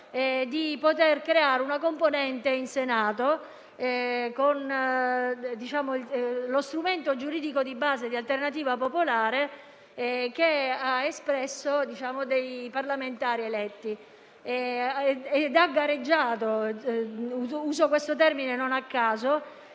di poter creare una componente in Senato con lo strumento giuridico di base di Alternativa Popolare che ha espresso parlamentari eletti gareggiando - uso questo termine non a caso